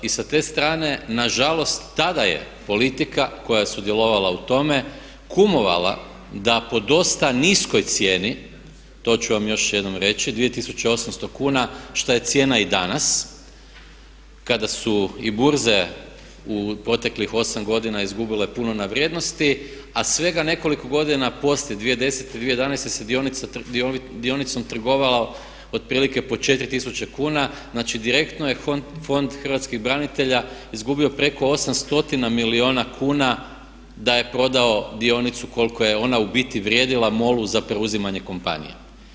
I sa te strane nažalost tada je politika koja je sudjelovala u tome kumovala da po dosta niskoj cijeni to ću vam još jednom reći, 2800 kuna šta je cijena i danas kada su i burze u proteklih 8 godina izgubile puno na vrijednosti a svega nekoliko godina poslije 2010., 2011. se dionicom trgovalo otprilike po 4 tisuće kuna, znači direktno je Fond hrvatskih branitelja izgubio preko 8 stotina milijuna kuna da je prodao dionicu koliko je ona u biti vrijedila MOL-u za preuzimanje kompanije.